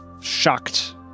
shocked